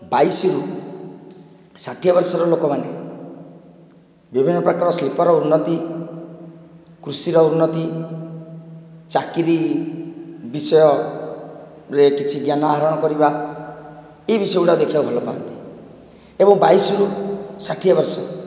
ବାଇଶରୁ ଷାଠିଏ ବର୍ଷର ଲୋକମାନେ ବିଭିନ୍ନ ପ୍ରକାର ଶିଳ୍ପର ଉନ୍ନତି କୃଷିର ଉନ୍ନତି ଚାକିରୀ ବିଷୟରେ କିଛି ଜ୍ଞାନ ଆହରଣ କରିବା ଏ ବିଷୟ ଗୁଡ଼ାକ ଦେଖିବାକୁ ଭଲ ପାଆନ୍ତି ଏବଂ ବାଇଶରୁ ଷାଠିଏ ବର୍ଷ